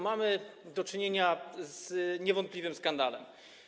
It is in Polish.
Mamy do czynienia z niewątpliwym skandalem.